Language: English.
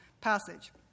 passage